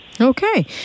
Okay